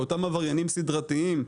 באותם עבריינים סדרתיים,